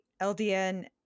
LDN